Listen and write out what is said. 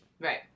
Right